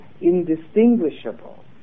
indistinguishable